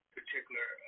particular